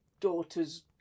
daughter's